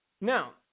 Now